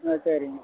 ஆ சரிங்க